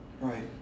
right